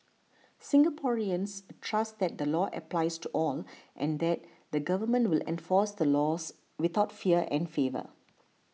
Singaporeans trust that the law applies to all and that the government will enforce the laws without fear and favour